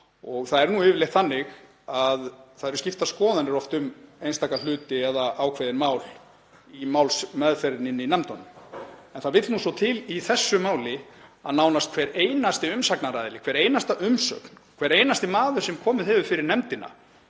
inn til nefndanna og oft eru skoðanir skiptar um einstaka hluti eða ákveðin mál í málsmeðferðinni í nefndunum. En það vill nú svo til í þessu máli að nánast hver einasti umsagnaraðili, hver einasta umsögn, hver einasti maður sem komið hefur fyrir nefndina,